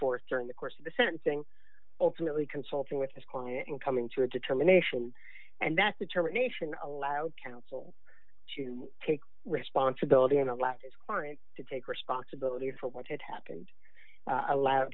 forth during the course of the sentencing ultimately consulting with his client and coming to a determination and that determination allowed counsel to take responsibility and a lot is client to take responsibility for what had happened allow